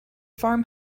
farm